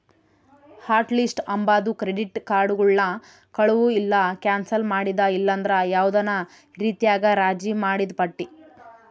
hot list ಅಂಬಾದು credit ಕಾರ್ಡುಗುಳ್ನ ಕಳುವು ಇಲ್ಲ ಕ್ಯಾನ್ಸಲ್ ಮಾಡಿದ ಇಲ್ಲಂದ್ರ ಯಾವ್ದನ ರೀತ್ಯಾಗ ರಾಜಿ ಮಾಡಿದ್ ಪಟ್ಟಿ